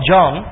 John